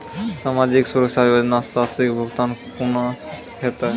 समाजिक सुरक्षा योजना राशिक भुगतान कूना हेतै?